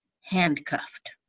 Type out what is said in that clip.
handcuffed